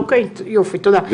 אוקי, יופי תודה.